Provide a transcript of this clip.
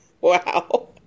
Wow